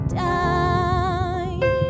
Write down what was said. die